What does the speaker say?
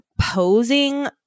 posing